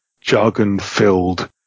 jargon-filled